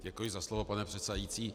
Děkuji za slovo, pane předsedající.